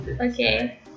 Okay